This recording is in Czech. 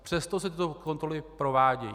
Přesto se tyto kontroly provádějí.